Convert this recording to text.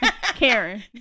Karen